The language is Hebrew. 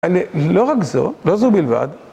אני לא רק זו, לא זו בלבד.